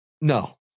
No